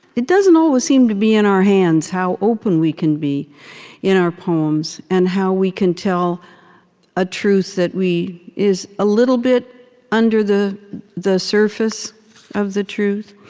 it doesn't always seem to be in our hands, how open we can be in our poems and how we can tell a truth that is a little bit under the the surface of the truth